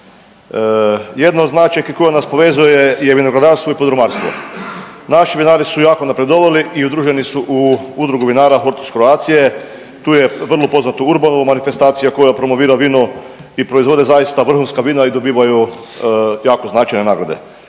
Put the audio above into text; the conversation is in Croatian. Jedna od značajki koja nas povezuje je vinogradarstvo i podrumarstvo. Naši vinari su jako napredovali i udruženi su u Udrugu vinara …/Govornik se ne razumije./… Croatie, tu je vrlo poznato urbana manifestacija koja promovira vino i proizvode zaista vrhunska vina i dobivaju jako značajne nagrade.